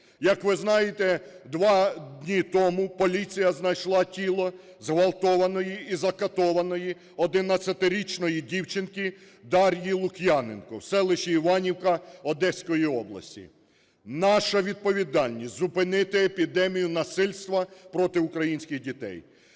Як ви знаєте, два дні тому поліція знайшла тіло зґвалтованої і закатованої 11-річної дівчинки Дар'ї Лук'яненко в селищі Іванівка Одеської області. Наша відповідальність – зупинити епідемію насильства проти українських дітей.